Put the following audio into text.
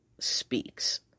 speaks